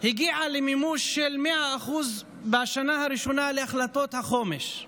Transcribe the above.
הגיעה למימוש של 100% בשנה הראשונה של החלטות החומש,